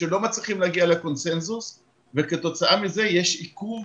שלא מצליחים להגיע לקונצנזוס וכתוצאה מזה יש עיכוב